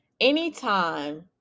Anytime